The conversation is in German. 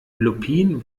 lupin